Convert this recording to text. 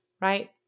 right